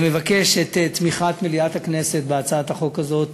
מבקש את תמיכת מליאת הכנסת בהצעת החוק הזו,